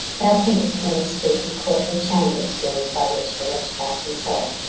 thou think'st men speak in courtly chambers words by which the wretched are consoled?